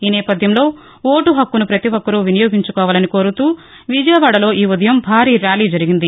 ఈ నేపధ్యంలో ఓటు హక్కును పతి ఒక్కరూ వినియోగించుకోవాలని కోరుతూ విజయవాడలో ఈ ఉదయం భారీ ర్యాలీ జరిగింది